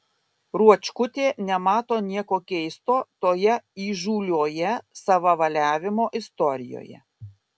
ruočkutė nemato nieko keisto toje įžūlioje savavaliavimo istorijoje